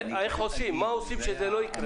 מה עושים כדי שזה לא יקרה?